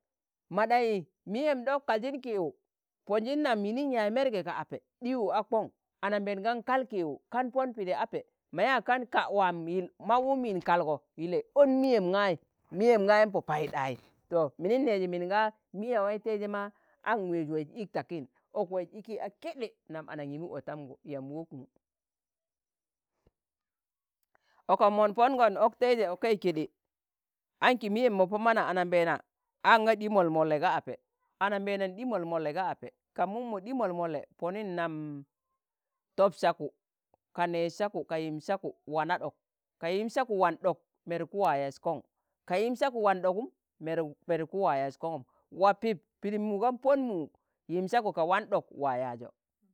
ma ɗaṇyi miyem ɗok kaljin kiiwu, ponjin nam yiniṇ yaaz merge ga ape ɗiwu a kọṇ, ananbeen gan kal kiwo kan pon pidi ape mo yaa kan ka' waa yil mawum yin kalgo yile on miyem gai, miyem gayim pọ paiɗai, to minin neezi min ga miye waiteije ma aṇ weej waiz ik takin, ok waiz iki a keɗe nam anamgimu otamgu yamb wokmu. ọkọm mọ pong̣on ok tẹijẹ okai keɗe, anki miyem mo pọ mana ananbeena aṇ ga ɗi mol mole ga ape, ananbeena ɗi mol- mole ga ape ka mu mo ɗii mol- mole ponin nam top saku ka neeg saku ka yim saku wana ɗok ka yim saku wan ɗok meruk ku wa yaaz koṇ, ka yim saku wan ɗogum meruk meruk ku waa yaa waa pip pidim mu̱u gin pon mu yim saku ka wan ɗok waa yaazo.